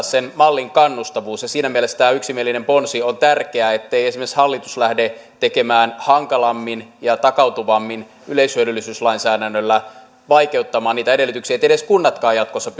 sen mallin kannustavuus ja siinä mielessä tämä yksimielinen ponsi on tärkeä ettei esimerkiksi hallitus lähde hankalammin ja takautuvammin yleishyödyllisyyslainsäädännöllä vaikeuttamaan niitä edellytyksiä niin että edes kunnat eivät jatkossa